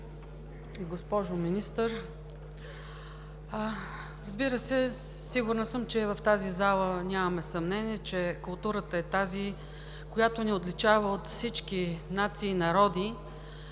госпожо Министър! Сигурна съм, че в тази зала нямаме съмнение, че културата е тази, която ни отличава от всички нации и народи.